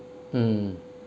mm